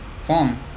form